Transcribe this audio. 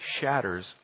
shatters